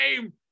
game